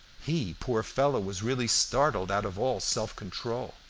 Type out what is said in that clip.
he, poor fellow, was really startled out of all self-control.